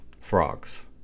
Frogs